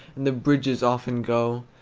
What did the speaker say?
and the bridges often go.